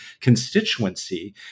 constituency